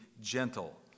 gentle